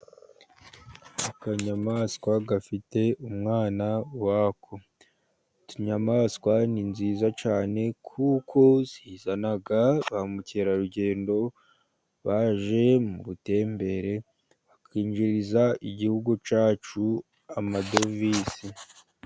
Akanyamaswa gafite umwana wako. Inyamaswa ni nziza cyane, kuko zizana ba mukerarugendo baje mu butembere, bakinjiriza igihugu cyacu amadevize.